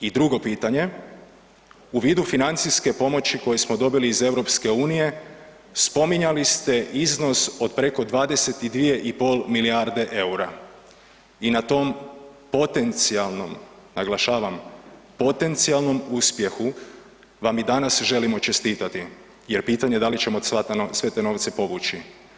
I drugo pitanje, u vidu financijske pomoći koju smo dobili iz EU spominjali ste iznos od preko 22,5 milijarde EUR-a i na tom potencijalnom, naglašavam potencijalnom uspjehu vam i danas želimo čestitati jer pitanje da li ćemo sve te novce povući.